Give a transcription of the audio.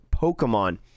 Pokemon